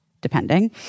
depending